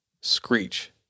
screech